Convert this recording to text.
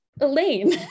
Elaine